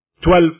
twelve